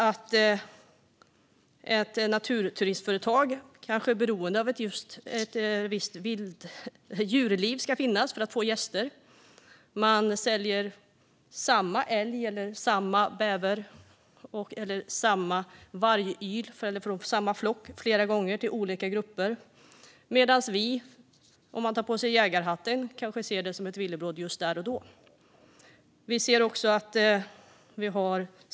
Ett naturturismföretag kan vara beroende av att ett visst djurliv ska finnas för att få gäster. Man säljer samma älg, bäver eller vargyl från samma flock flera gånger till olika grupper. Om man tar på sig jägarhatten är det ett villebråd just där och då.